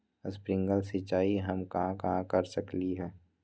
Sprinkle सिंचाई हम कहाँ कहाँ कर सकली ह?